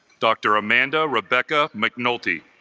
dr. amanda rebecca mcnulty